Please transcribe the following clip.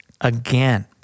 again